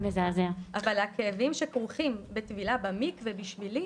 אבל הכאבים שכרוכים בטבילה במקווה בשבילי,